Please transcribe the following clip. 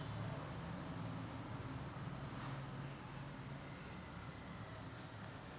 देशात पंजाबमध्ये सर्वाधिक सिंचनाचे आकडे आहेत